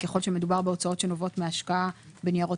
ככל שמדובר בהוצאות שנובעות מהשקעה בניירות